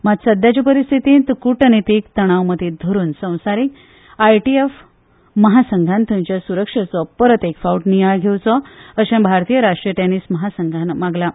मात सध्याचे परिस्थितींत कूटनितीक तणाव मतींत धरून संवसारीक आयटीएफ महासंघान थंयचे सुरक्षेचो परतून एक फावटी नियाळ घेवचो अशें भारतीय राष्ट्रीय टॅनीस महासंघान मागलां